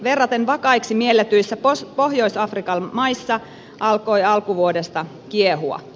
verraten vakaiksi mielletyissä pohjois afrikan maissa alkoi alkuvuodesta kiehua